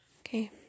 Okay